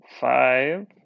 five